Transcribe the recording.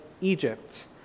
Egypt